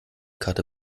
karte